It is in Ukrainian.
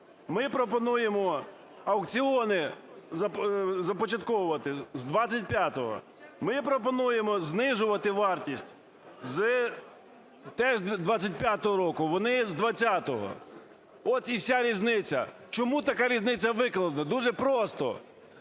Ми пропонуємо аукціони започатковувати з 25-го. Ми пропонуємо знижувати вартість з теж 25-го року, вони – з 20-го. От і вся різниця. Чому така різниця викладена? Дуже просто.